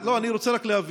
לא, אני רוצה רק להבהיר: